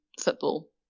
football